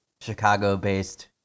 chicago-based